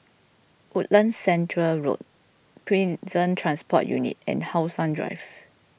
Woodlands Centre Road Prison Transport Unit and How Sun Drive